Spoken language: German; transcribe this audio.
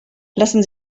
lassen